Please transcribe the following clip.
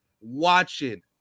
watching